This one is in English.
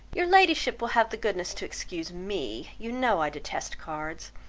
your ladyship will have the goodness to excuse me you know i detest cards.